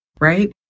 right